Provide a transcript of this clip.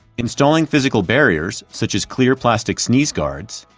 installing physical barriers such as clear plastic sneeze guards,